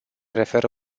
referă